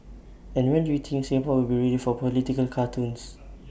and when do you think Singapore will be ready for political cartoons